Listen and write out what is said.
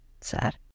sad